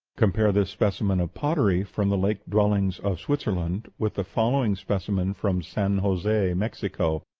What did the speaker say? compare this specimen of pottery from the lake dwellings of switzerland with the following specimen from san jose, mexico.